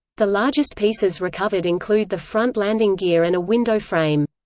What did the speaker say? the largest pieces recovered include the front landing gear and a window frame.